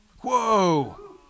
Whoa